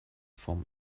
vom